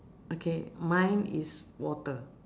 okay mine is water